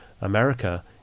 America